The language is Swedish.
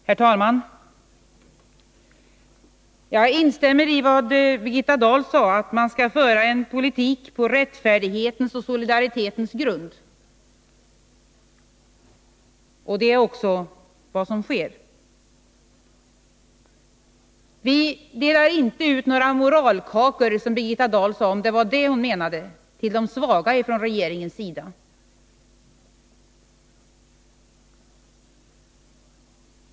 Herr talman! Jag instämmer i vad Birgitta Dahl sade, att man skall föra en politik på rättfärdighetens och solidaritetens grund. Det är också vad som sker. Regeringen delar inte ut moralkakor till de svaga, om det nu var detta Birgitta Dahl menade.